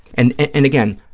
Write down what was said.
and and again,